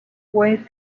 wait